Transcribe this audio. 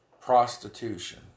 prostitution